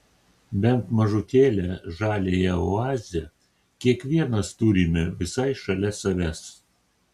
bent mažutėlę žaliąją oazę kiekvienas turime visai šalia savęs